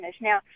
Now